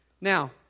Now